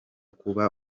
kuba